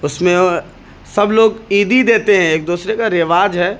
اس میں سب لوگ عیدی دیتے ہیں ایک دوسرے کا رواج ہے